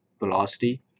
velocity